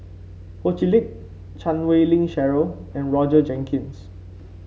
Ho Chee Lick Chan Wei Ling Cheryl and Roger Jenkins